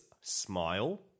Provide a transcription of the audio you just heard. Smile